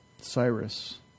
Cyrus